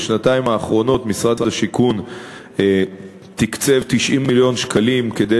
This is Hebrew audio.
בשנתיים האחרונות משרד השיכון תקצב 90 מיליון שקלים כדי